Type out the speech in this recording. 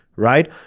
right